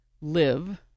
live